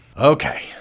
Okay